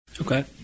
Okay